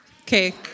Okay